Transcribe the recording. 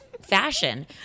fashion